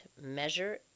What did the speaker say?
measure